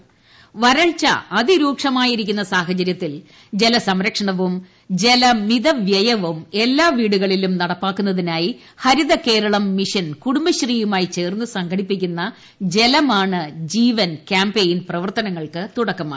ജലമാണ് ജീവൻ കാമ്പയിൻ വരൾച്ച അതിരൂക്ഷമായിരിക്കുന്ന സാഹചര്യത്തിൽ ജലസംരക്ഷണവും ജലമിതവൃയവും എല്ലാ വീടുകളിലും നടപ്പാക്കുന്നതിനായി ഹരിതകേരളം മിഷൻ കുടുംബശ്രീയുമായി ചേർന്ന് സംഘടിപ്പിക്കുന്ന ജലമാണ് ജീവൻ കാമ്പയിൻ പ്രവർത്തനങ്ങൾക്ക് തുടക്കമായി